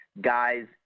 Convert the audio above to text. guys